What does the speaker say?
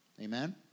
amen